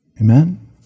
Amen